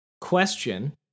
Question